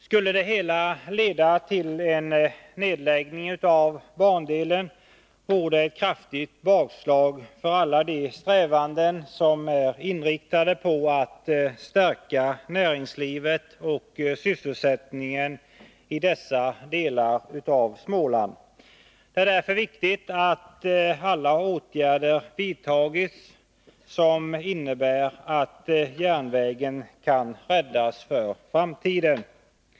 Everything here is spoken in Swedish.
Skulle det hela leda till en nedläggning av bandelen vore det ett kraftigt bakslag för alla de strävanden som är inriktade på att stärka näringslivet och sysselsättningen i dessa delar av Småland. Det är därför viktigt att alla åtgärder vidtas som innebär att järnvägen kan räddas för framtiden.